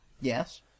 Yes